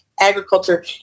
agriculture